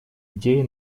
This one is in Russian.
идеи